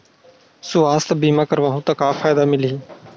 सुवास्थ बीमा करवाहू त का फ़ायदा मिलही?